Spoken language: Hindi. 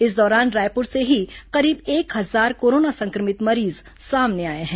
इस दौरान रायपुर से ही करीब एक हजार कोरोना संक्रमित मरीज सामने आए हैं